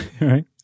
Right